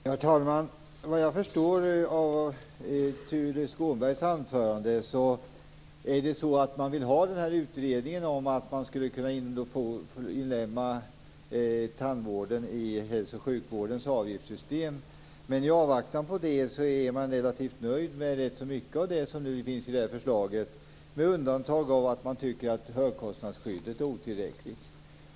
Herr talman! Såvitt jag förstår av Tuve Skånbergs anförande vill kristdemokraterna ha en utredning om att inlemma tandvården i hälso och sjukvårdens avgiftssystem. Men i avvaktan på det är de relativt nöjda med rätt så mycket av det som finns i förslaget, med undantag av att de tycker att högkostnadsskyddet är otillräckligt.